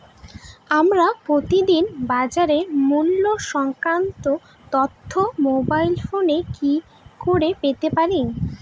আমরা প্রতিদিন বাজার মূল্য সংক্রান্ত তথ্য মোবাইল ফোনে কি করে পেতে পারি?